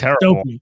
terrible